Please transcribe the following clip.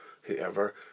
whoever